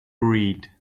read